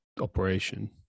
operation